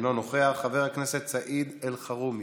אינו נוכח, חבר הכנסת סעיד אלחרומי,